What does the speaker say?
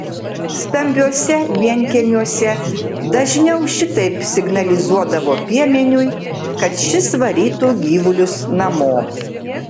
stambiuose vienkiemiuose dažniau šitaip signalizuodavo piemeniui kad šis varytų gyvulius namo